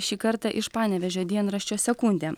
šį kartą iš panevėžio dienraščio sekundė